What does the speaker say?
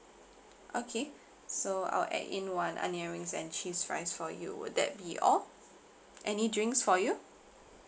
okay so I'll add in one onion rings and cheese fries for you would that be all any drinks for you